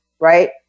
right